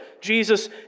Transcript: Jesus